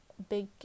big